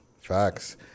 Facts